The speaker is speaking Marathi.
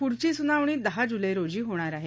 पुढची सुनावणी दहा जुलै रोजी होणार आहे